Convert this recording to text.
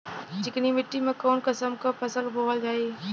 चिकनी मिट्टी में कऊन कसमक फसल बोवल जाई?